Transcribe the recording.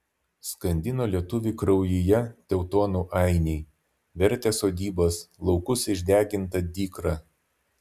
skandino lietuvį kraujyje teutonų ainiai vertė sodybas laukus išdeginta dykra